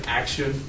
action